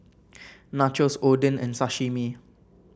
Nachos Oden and Sashimi